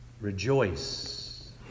Rejoice